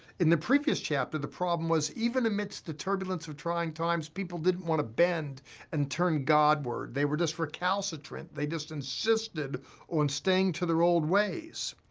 in the previous chapter, the problem was, even amidst the turbulence of trying times, people didn't wanna bend and turn god-ward. they were just recalcitrant. they just insisted on staying to their old ways.